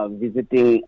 visiting